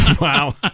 Wow